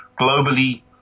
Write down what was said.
Globally